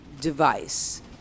device